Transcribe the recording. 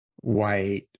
white